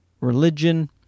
religion